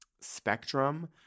spectrum